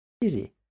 easy